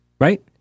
Right